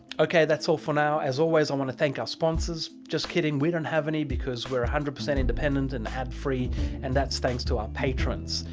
okay, that's all for now, as always, i want to thank our sponsors, just kidding, we don't have any because we're one hundred percent independent and ad free and that's thanks to our patrons.